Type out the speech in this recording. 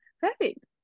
perfect